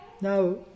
Now